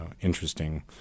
interesting